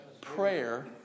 Prayer